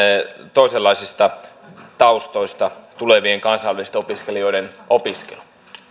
toisenlaisista taustoista tulevien kansainvälisten opiskelijoiden opiskelun